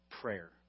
prayer